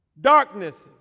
darknesses